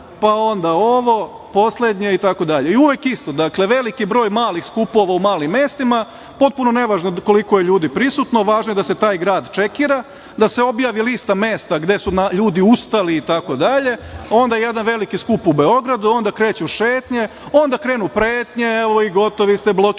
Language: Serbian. pa onda ovo poslednje itd. Uvek isto. Veliki broj malih skupova u malim mestima, potpuno nevažno koliko je ljudi prisutno, već je važno da se taj grad čekira, da se objavi lista mesta gde su ljudi ustali itd, onda jedan veliki skup u Beogradu, pa onda kreću šetnje, onda krenu pretnje – gotovi ste, blokirajte